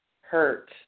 hurt